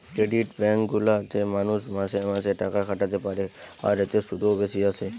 credit bank গুলা তে মানুষ মাসে মাসে টাকা খাটাতে পারে আর এতে শুধও বেশি আসে